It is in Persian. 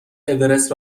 اورست